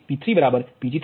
તેથી એ જ રીતે P3 Pg3 −PL3